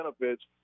benefits